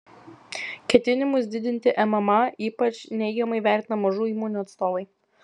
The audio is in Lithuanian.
ketinimus didinti mma ypač neigiamai vertina mažų įmonių atstovai